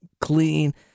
clean